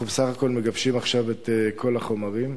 אנחנו בסך הכול מגבשים עכשיו את כל החומרים.